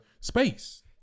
space